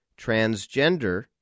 transgender